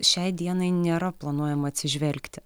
šiai dienai nėra planuojama atsižvelgti